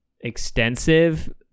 extensive